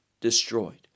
destroyed